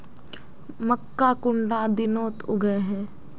मक्का कुंडा दिनोत उगैहे?